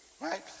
right